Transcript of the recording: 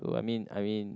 so I mean I mean